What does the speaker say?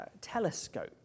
telescope